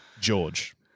George